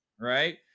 right